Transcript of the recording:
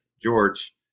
George